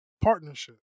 partnership